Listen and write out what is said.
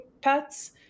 pets